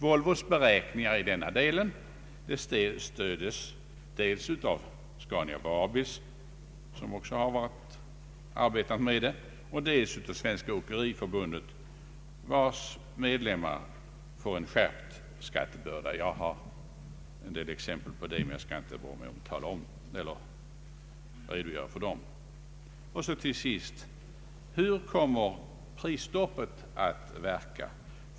Volvos beräkningar i denna del stöds av dels Scania Vabis, som också arbetat med detta, dels Svenska åkeriförbundet, vars medlemmar får en skärpt skattebörda. Jag har en del exempel härpå, men jag skall inte här redogöra för dem. Till sist, hur kommer prisstoppet att verka?